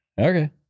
Okay